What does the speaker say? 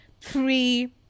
three